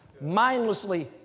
Mindlessly